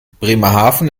bremerhaven